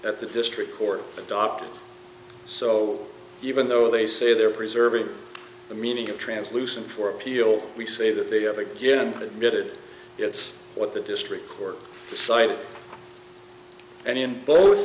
construction at the district court adopted so even though they say there preserving the meaning of translucent for appeal we say that they have again admitted it's what the district court cited and in both